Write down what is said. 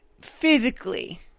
physically